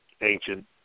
Ancient